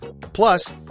Plus